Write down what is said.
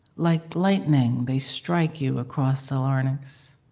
like lightning they strike you across the larynx.